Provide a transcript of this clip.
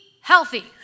healthy